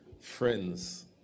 friends